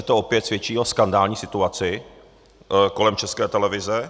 To opět svědčí o skandální situaci kolem České televize.